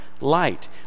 light